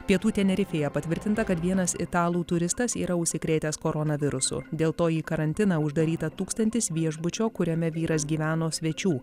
pietų tenerifėje patvirtinta kad vienas italų turistas yra užsikrėtęs koronavirusu dėl to į karantiną uždaryta tūkstantis viešbučio kuriame vyras gyveno svečių